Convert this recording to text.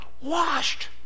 Washed